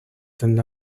than